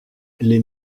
les